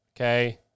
okay